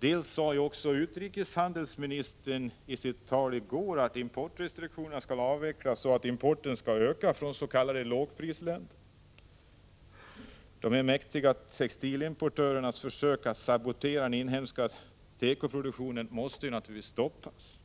dels sade utrikeshandelsministern i sitt tal i går att importrestriktionerna skall avvecklas så att importen ökar från s.k. lågprisländer. De mäktiga textilimportörernas försök att sabotera den inhemska tekoproduktionen måste naturligtvis stoppas.